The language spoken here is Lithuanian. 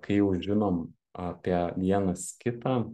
kai jau žinom apie vienas kitą